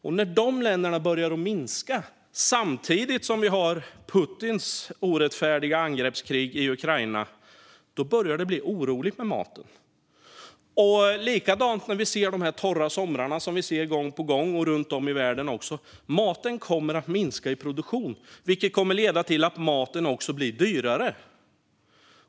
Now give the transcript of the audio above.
Och när dessa länder börjar minska sin export, samtidigt som vi har Putins orättfärdiga angreppskrig i Ukraina, börjar det bli oroligt i fråga om maten. På samma sätt är det när vi ser torra somrar gång på gång, även runt om i världen, det vill säga att produktionen av mat kommer att minska. Det kommer också att leda till att maten blir dyrare.